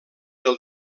del